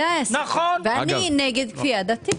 ואני נגד כפייה דתית.